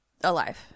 Alive